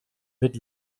mit